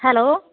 hello